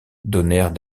donnèrent